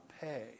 pay